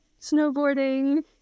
snowboarding